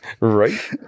right